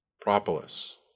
Propolis